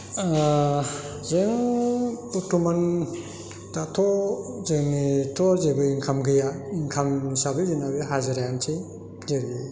जों बरथ'मान दाथ' जोंनिथ' जेबो इकनकाम गैया इनकाम हिसाबै जोंना बे हाजिरायानोसै डेलि